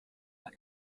war